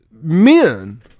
Men